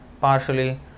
partially